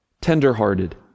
tenderhearted